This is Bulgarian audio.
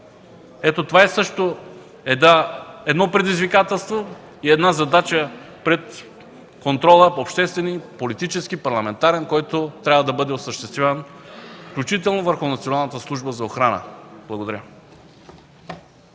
Ето това е също едно предизвикателство, една задача пред контрола – обществен, политически, парламентарен, който трябва да бъде осъществяван, включително върху Националната служба за охрана. Благодаря.